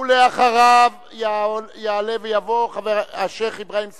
אחריו יעלה ויבוא השיח' אברהים צרצור,